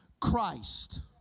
Christ